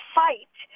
fight